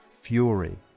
fury